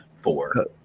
Four